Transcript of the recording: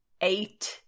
eight